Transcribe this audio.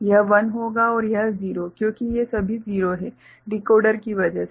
यह 1 होगा और यह 0 है क्योंकि ये सभी 0 हैं - डिकोडर की वजह से